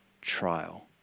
trial